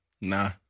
Nah